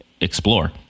explore